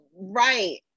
right